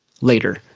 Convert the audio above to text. Later